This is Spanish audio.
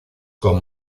con